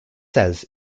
says